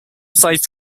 sized